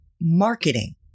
marketing